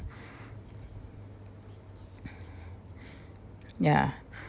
ya